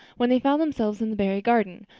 when they found themselves in the barry garden,